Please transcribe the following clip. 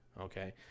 okay